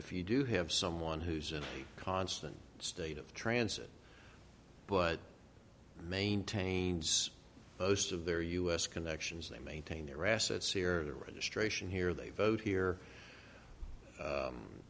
if you do have someone who's in a constant state of transit but maintains most of their u s connections they maintain their assets here the registration here they vote here